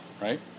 right